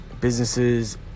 businesses